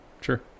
Sure